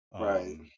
right